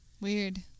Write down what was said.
Weird